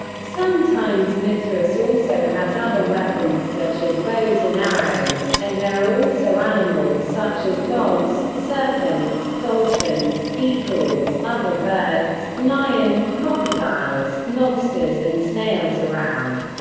sometimes mithras also has other weapons such as bows and arrows, and there are also animals such as dogs, serpents, dolphins, eagles, other birds, lion, crocodiles, lobsters and snails around.